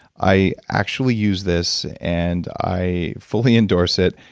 i actually use this, and i fully endorse it.